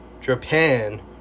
Japan